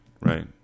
right